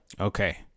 okay